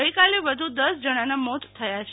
ગઈકાલે દસ જણાના મોત થયા છે